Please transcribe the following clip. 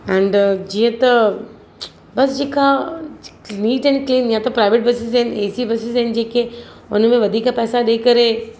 and जिअं त bus जेका नीट एंड क्लीन या त प्राइवेट बसेस आहिनि एसी बसेस आहिनि जेके उनमें वधीक पैसा ॾेई करे